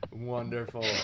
wonderful